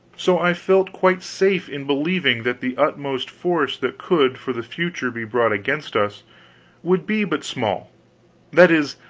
so i felt quite safe in believing that the utmost force that could for the future be brought against us would be but small that is,